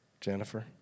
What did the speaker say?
Jennifer